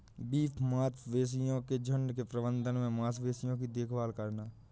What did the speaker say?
beef मवेशियों के झुंड के प्रबंधन में मवेशियों की देखभाल करना